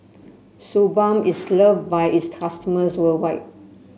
Suu Balm is loved by its customers worldwide